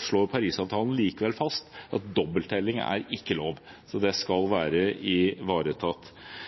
slår Parisavtalen likevel fast at dobbelttelling ikke er lov, så det skal